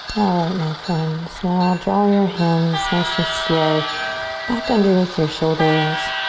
alright my friends, now draw your hands nice and slow back underneath your shoulders.